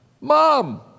mom